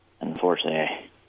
Unfortunately